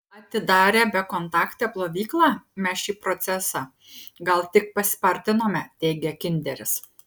atidarę bekontaktę plovyklą mes šį procesą gal tik paspartinome teigia kinderis